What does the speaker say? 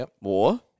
more